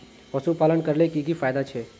पशुपालन करले की की फायदा छे?